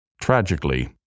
Tragically